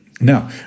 Now